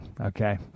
okay